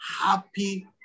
happy